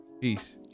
Peace